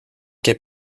que